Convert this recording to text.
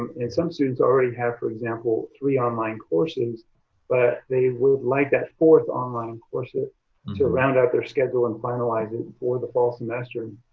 and some students already have, for example, three online courses but they would like that fourth online course to round out their schedule and finalize it for the fall semester.